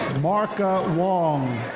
marka wong.